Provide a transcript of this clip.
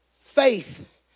Faith